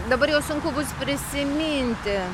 dabar jau sunku bus prisiminti